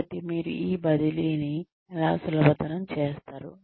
కాబట్టి మీరు ఈ బదిలీని ఎలా సులభతరం చేస్తారు